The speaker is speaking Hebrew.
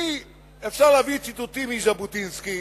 אפשר להביא ציטוטים מז'בוטינסקי,